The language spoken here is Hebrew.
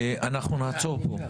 אנחנו נעצור פה.